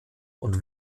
und